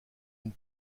une